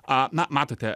a na matote